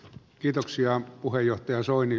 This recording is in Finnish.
kiitoksia puheenjohtaja soini